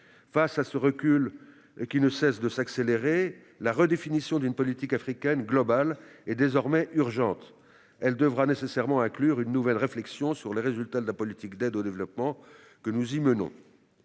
Face à ce recul, qui ne cesse de s'accélérer, la redéfinition d'une politique africaine globale est désormais urgente. Elle devra nécessairement inclure une nouvelle réflexion sur les résultats de la politique d'aide au développement que nous y menons.